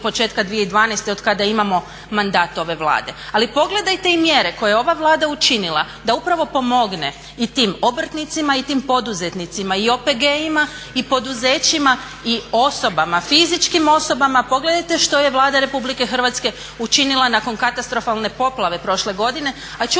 početka 2012. od kada imamo mandat ove Vlade. Ali pogledajte i mjere koje je ova Vlada učinila da upravo pomogne i tim obrtnicima i tim poduzetnicima i OPG-ima i poduzećima i osobama, fizičkim osobama. Pogledajte što je Vlada RH učinila nakon katastrofalne poplave prošle godine,